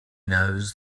knows